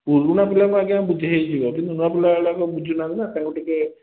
ପୁରୁଣା ପିଲାଙ୍କୁ ଆଜ୍ଞା ବୁଝେଇ ହେଇଯିବ କିନ୍ତୁ ନୂଆ ପିଲାଗୁଡ଼ାକ ବୁଝୁନାହାନ୍ତି ନା ତାଙ୍କୁ ଟିକେ